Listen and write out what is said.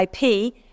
IP